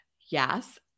yes